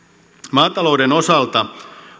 maatalouden osalta